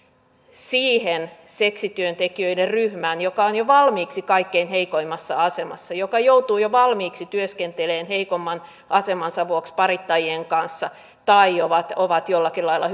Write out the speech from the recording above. siihen seksityöntekijöiden ryhmään joka on jo valmiiksi kaikkein heikoimmassa asemassa joka joutuu jo valmiiksi työskentelemään heikomman asemansa vuoksi parittajien kanssa tai on jollakin lailla